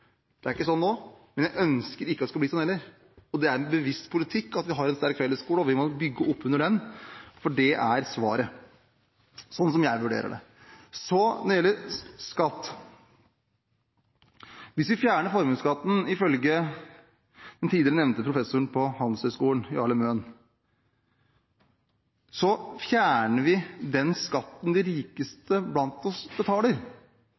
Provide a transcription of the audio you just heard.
Det er ikke sånn nå, men jeg ønsker ikke at det skal bli sånn heller. Det er en bevisst politikk at vi har en sterk fellesskole, og vi må bygge opp under den, for det er svaret, sånn som jeg vurderer det. Så, når det gjelder skatt: Hvis vi fjerner formuesskatten, ifølge den tidligere nevnte professoren på Handelshøyskolen, Jarle Møen, fjerner vi den skatten de rikeste blant oss betaler.